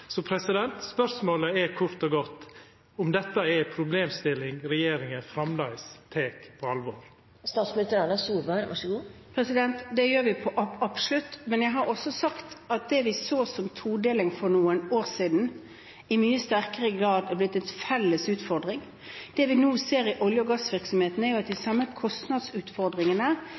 Spørsmålet er kort og godt: Er dette ei problemstilling regjeringa framleis tek på alvor? Det gjør vi absolutt. Men jeg har også sagt at det vi så som todeling for noen år siden, i mye sterkere grad er blitt en felles utfordring. Det vi nå ser i olje- og gassvirksomheten, er at de samme kostnadsutfordringene